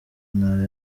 ntara